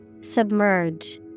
Submerge